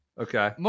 Okay